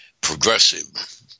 progressive